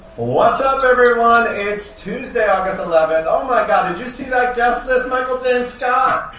what's up everyone, it's tuesday, august eleventh. oh my god, did you see that guest list michael james scott?